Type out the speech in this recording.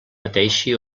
pateixi